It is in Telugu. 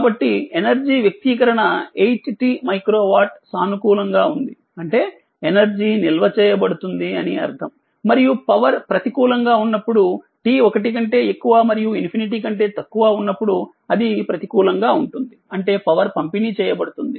కాబట్టి ఎనర్జీ వ్యక్తీకరణ8t మైక్రో వాట్సానుకూలంగాఉంది అంటే ఎనర్జీనిల్వ చేయబడుతుంది అని అర్ధం మరియు పవర్ ప్రతికూలంగా ఉన్నప్పుడు t1 కంటే ఎక్కువ మరియు ∞ కంటే తక్కువ ఉన్నప్పుడు అది ప్రతికూలంగా ఉంటుంది అంటేపవర్ పంపిణీ చేయబడుతుంది